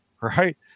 Right